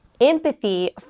empathy